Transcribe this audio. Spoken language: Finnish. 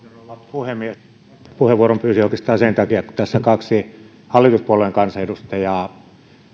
puhemies puheenvuoron pyysin oikeastaan sen takia että tässä kaksi hallituspuolueen kansanedustajaa